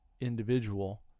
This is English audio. individual